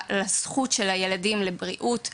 לזכות של הילדים לבריאות,